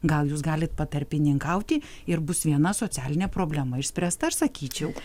gal jūs galit patarpininkauti ir bus viena socialinė problema išspręsta aš sakyčiau